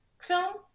film